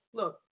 look